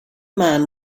man